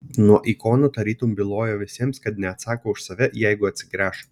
nuo ikonų tarytum bylojo visiems kad neatsako už save jeigu atsigręš